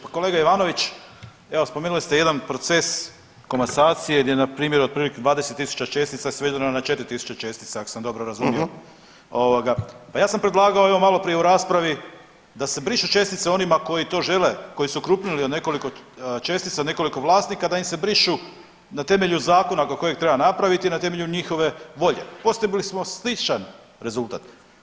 Pa kolega Ivanović evo spomenuli ste jedan proces komasacije gdje je npr. otprilike 20.000 čestica svedeno na 4.000 čestica ako sam dobro razumio, ovoga pa ja sam predlagao evo maloprije u raspravi da se brišu čestice onima koji to žele, koji su okrupnili od nekoliko, čestica od nekoliko vlasnika da im se brišu na temelju zakona kojeg treba napraviti i na temelju njihove volje postigli bismo sličan rezultat.